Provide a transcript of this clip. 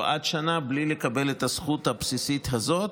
עד שנה בלי לקבל את הזכות הבסיסית הזאת,